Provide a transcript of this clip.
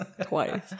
Twice